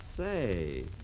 Say